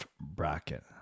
bracket